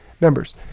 numbers